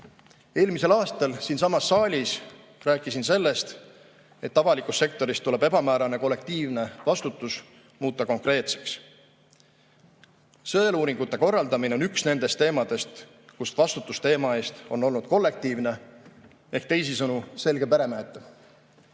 Eelmisel aastal siinsamas saalis rääkisin sellest, et avalikus sektoris tuleb ebamäärane kollektiivne vastutus muuta konkreetseks. Sõeluuringute korraldamine on üks nendest teemadest, kus vastutus teema eest on olnud kollektiivne – teisisõnu, selge peremeheta.